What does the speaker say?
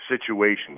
situations